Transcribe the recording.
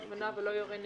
כשירות נהיגה.